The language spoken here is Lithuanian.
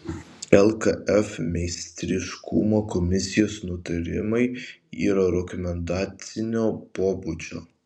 lkf meistriškumo komisijos nutarimai yra rekomendacinio pobūdžio